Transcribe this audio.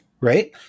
right